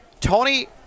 Tony